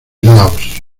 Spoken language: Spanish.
laos